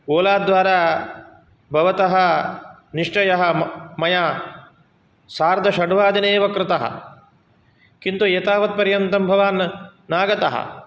ओला द्वारा भवतः निश्चयः म मया सार्धषड्वादने एव कृतः किन्तु एतावत् पर्यन्तं भवान् नागतः